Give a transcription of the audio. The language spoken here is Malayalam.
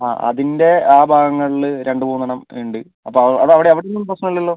ആ അതിൻ്റെ ആ ഭാഗങ്ങളിൽ രണ്ടുമൂന്നെണ്ണം ഉണ്ട് അപ്പോൾ അതവിടെ അവിടെ ഒന്നും പ്രശ്നമില്ലല്ലോ